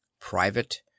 private